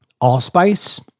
allspice